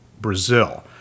Brazil